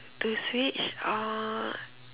to switch uh